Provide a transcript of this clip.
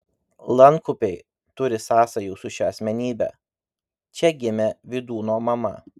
lankupiai turi sąsajų su šia asmenybe čia gimė vydūno mama